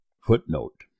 Footnote